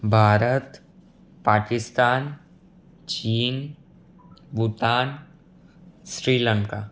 ભારત પાકિસ્તાન ચીન ભૂતાન શ્રીલંકા